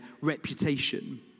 reputation